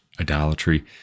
idolatry